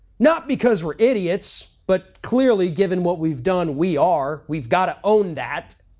not because we're idiots, but clearly given what we've done we are, we've got to own that,